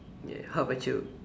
yeah how about you